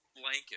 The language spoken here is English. blanket